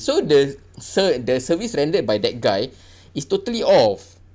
so the ser~ the service rendered by that guy is totally off